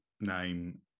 name